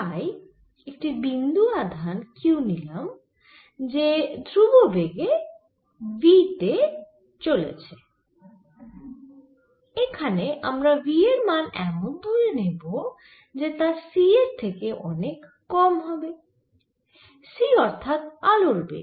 তাই একটি বিন্দু আধান q নিলাম যে ধ্রুব বেগ v তে চলছে এখানে আমরা v এর মান এমন ধরে নেব যে তা c এর থেকে অনেক কম হবে c অর্থাৎ আলোর বেগ